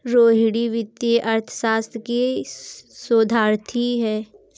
रोहिणी वित्तीय अर्थशास्त्र की शोधार्थी है